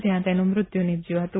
જયાં તેનું મૃત્યુ નિપજયું હતું